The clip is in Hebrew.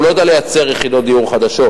הוא לא יודע לייצר יחידות דיור חדשות,